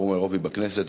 הפורום האירופי בכנסת.